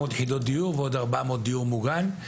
יחידות דיור ועוד 400 יחידות לדיור מוגן,